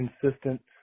consistent